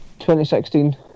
2016